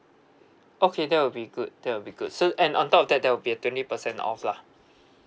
okay that will be good that will be good so and on top of that there will be a twenty percent off lah